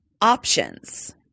options